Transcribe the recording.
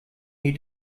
you